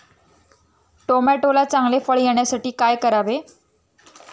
टोमॅटोला चांगले फळ येण्यासाठी काय करावे?